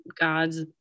God's